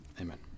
Amen